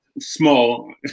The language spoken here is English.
Small